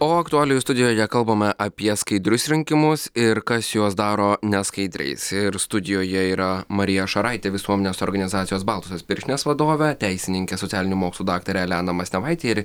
o aktualijų studijoje kalbame apie skaidrius rinkimus ir kas juos daro neskaidriais ir studijoje yra marija šaraitė visuomenės organizacijos baltosios pirštinės vadovė teisininkė socialinių mokslų daktarė elena masnevaitė ir